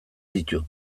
ditu